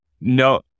no